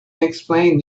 explain